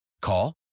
Call